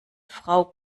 frau